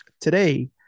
Today